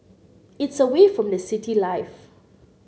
it's away from the city life